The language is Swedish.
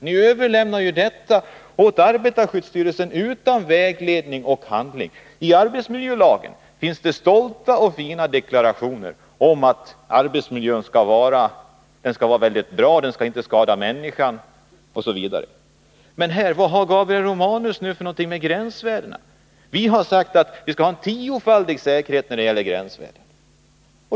Ni överlämnar detta åt arbetarskyddsstyrelsen utan vägledning. I arbetsmiljölagen finns stolta och fina deklarationer om att arbetsmiljön skall vara bra, att den inte skall skada människan osv. Men vad har nu Gabriel Romanus för gränsvärden? Vi har sagt att vi vill ha en tiofaldig säkerhet när det gäller gränsvärden.